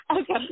Okay